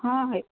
ହଁ ଭାଇ